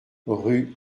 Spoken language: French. rue